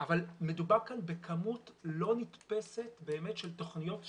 אבל מדובר כאן בכמות לא נתפסת של תוכניות שמקודמות,